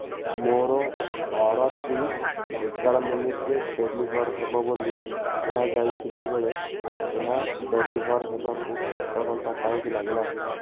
ମୋର ଅର୍ଡ଼ର୍ଟି ଏଗାର ମିନିଟରେ ଡେଲିଭର୍ ହେବ ବୋଲି କୁହାଯାଇଥିବା ବେଳେ ଏହା ଡେଲିଭର୍ ହେବାକୁ ସାତ ଘଣ୍ଟା କାହିଁକି ଲାଗିଲା